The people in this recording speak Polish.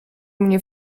mnie